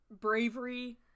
Bravery